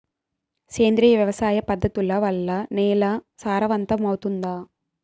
సేంద్రియ వ్యవసాయ పద్ధతుల వల్ల, నేల సారవంతమౌతుందా?